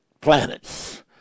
planets